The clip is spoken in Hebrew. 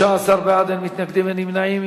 אין מתנגדים, אין נמנעים.